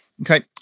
okay